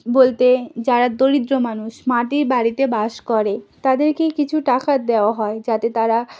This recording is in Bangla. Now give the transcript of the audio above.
বলতে যারা দলিদ্র মানুষ মাটির বাড়িতে বাস করে তাদেরকে কিছু টাকা দেওয়া হয় যাতে তারা